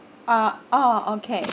orh orh okay